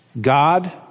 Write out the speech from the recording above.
God